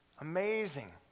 Amazing